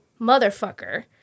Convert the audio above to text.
motherfucker